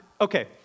Okay